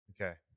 Okay